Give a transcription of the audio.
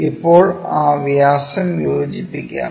ഇപ്പോൾ ആ വ്യാസം യോജിപ്പിക്കാം